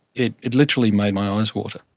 it it literally made my eyes water.